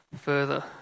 further